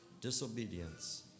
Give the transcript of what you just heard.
Disobedience